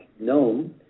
known